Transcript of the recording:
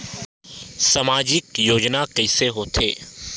सामजिक योजना कइसे होथे?